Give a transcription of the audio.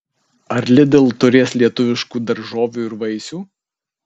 ar lidl turės lietuviškų daržovių ir vaisių